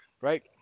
right